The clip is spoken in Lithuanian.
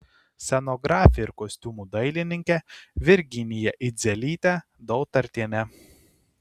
scenografė ir kostiumų dailininkė virginija idzelytė dautartienė